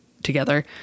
together